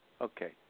Okay